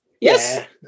Yes